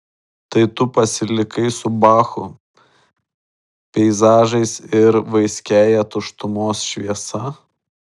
tai tu pasilikai su bachu peizažais ir vaiskiąja tuštumos šviesa